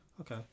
Okay